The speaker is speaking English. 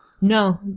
No